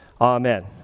Amen